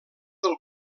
del